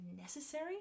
necessary